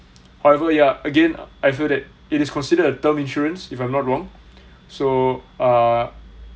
however ya again I feel that it is considered a term insurance if I'm not wrong so uh